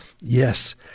Yes